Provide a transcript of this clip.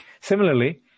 Similarly